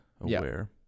aware